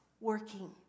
working